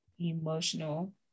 Emotional